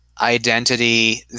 identity